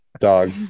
Dog